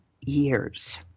years